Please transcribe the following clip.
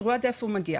תראו עד איפה הוא מגיע.